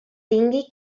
tingui